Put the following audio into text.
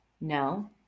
No